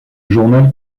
journal